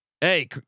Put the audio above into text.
Hey